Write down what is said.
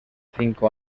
cinco